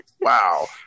wow